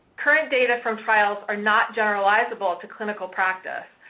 current data from trials are not generalizable to clinical practice.